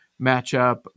matchup